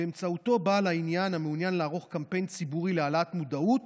שבאמצעותו בעל העניין המעוניין לערוך קמפיין ציבורי להעלאת מודעות